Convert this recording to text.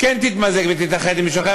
כן תתמזג ותתאחד עם מישהו אחר,